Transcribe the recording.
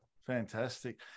fantastic